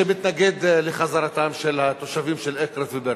שמתנגד לחזרתם של התושבים של אקרית ובירעם.